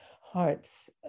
hearts